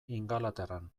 ingalaterran